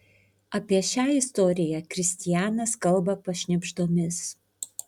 apie šią istoriją kristianas kalba pašnibždomis